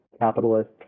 capitalist